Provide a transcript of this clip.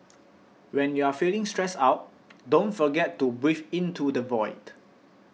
when you are feeling stressed out don't forget to breathe into the void